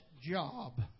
job